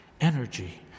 energy